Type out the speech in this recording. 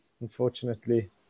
unfortunately